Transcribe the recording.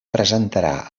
presentarà